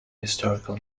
historical